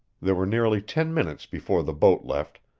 there were nearly ten minutes before the boat left,